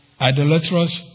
idolatrous